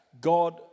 God